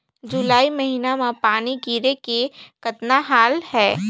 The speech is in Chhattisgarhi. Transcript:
जुलाई महीना म पानी गिरे के कतना हाल हे?